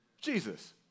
Jesus